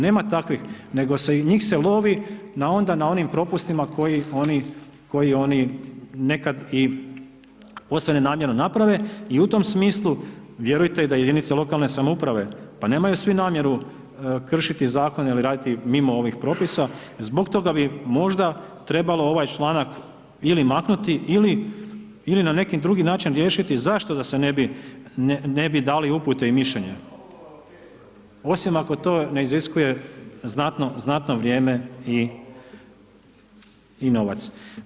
Nema takvih, nego i njih se lovi, onda na onim propustima koji oni nekada i posve nenamjerno naprave i u tom smislu, vjerujte da i jedinice lokalne samouprave, pa nemaju svi namjeru kršiti zakon ili raditi mimo ovih propisa, zbog toga bi možda trebalo ovaj članak ili maknuti ili na neki drugi način riješiti, zašto da se ne bi dali upute i mišljenja, osim ako to ne iziskuje znatno vrijeme i novac.